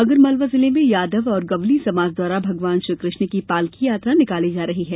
आगर मालवा जिले में यादव और गवली समाज द्वारा भगवान श्रीकृष्ण की पालकी यात्रा निकाली जा रही है